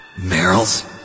Meryl's